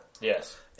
Yes